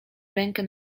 rękę